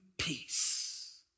peace